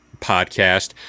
podcast